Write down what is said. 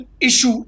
issue